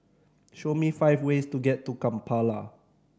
show me five ways to get to Kampala